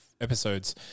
episodes